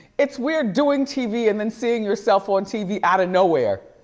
it's weird doing tv and then seeing yourself on tv out of nowhere.